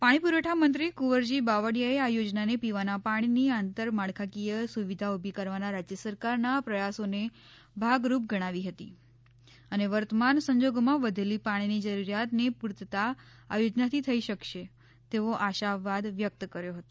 પાણી પુરવઠા મંત્રી કુંવરજી બાવળિયાએ આ યોજનાને પીવાના પાણીની આંતર માળખાકીય સુવિધા ઊભી કરવાના રાજ્ય સરકારના પ્રયાસોના ભાગરૂપ ગણાવી હતી અને વર્તમાન સંજોગોમાં વધેલી પાણીની જરૂરિયાત ની પૂર્તતા આ યોજનાથી થઈ શકશે તેવો આશાવાદ વ્યક્ત કર્યો હતો